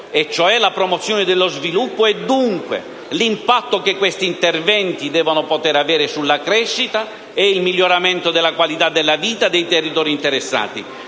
e cioè la promozione dello sviluppo e dunque l'impatto che questi interventi devono poter avere sulla crescita ed il miglioramento della qualità della vita dei territori interessati.